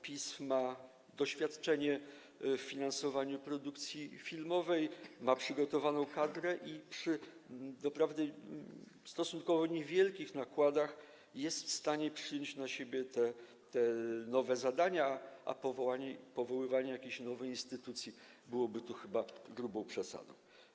PISF ma doświadczenie w finansowaniu produkcji filmowej, ma przygotowaną kadrę i przy doprawdy stosunkowo niewielkich nakładach jest w stanie przyjąć na siebie nowe zadania, a powoływanie jakiejś nowej instytucji byłoby tu chyba grubą przesadą.